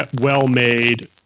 well-made